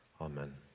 Amen